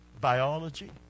Biology